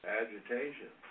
agitation